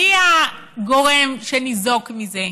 מי הגורם שניזוק מזה?